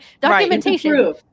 documentation